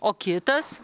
o kitas